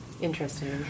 Interesting